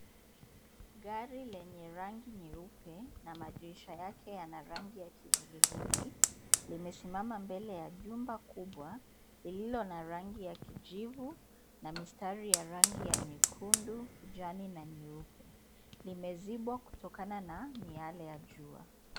Gari lenye rangi nyeupe na madirisha yake yana rangi ya kivulivuli , limesimama mbele ya jumba kubwa lililo na rangi ya kijivu na mistari ya rangi ya nyekundu, kijani na nyeupe. Limezibwa kutokana na miale ya jua.